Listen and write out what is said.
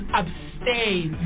abstain